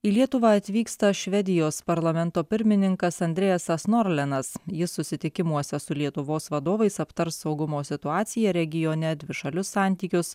į lietuvą atvyksta švedijos parlamento pirmininkas andrejas asnorlenas jis susitikimuose su lietuvos vadovais aptars saugumo situaciją regione dvišalius santykius